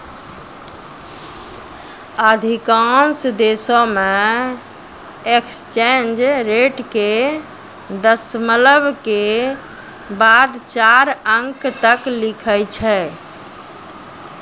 अधिकांश देशों मे एक्सचेंज रेट के दशमलव के बाद चार अंक तक लिखै छै